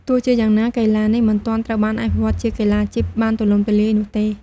ទោះជាយ៉ាងណា កីឡានេះមិនទាន់ត្រូវបានអភិវឌ្ឍជាកីឡាអាជីពបានទូលំទូលាយនោះទេ។